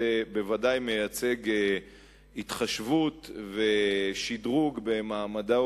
זה בוודאי מייצג התחשבות ושדרוג במעמדו